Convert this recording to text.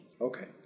Okay